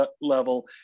level